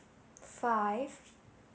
five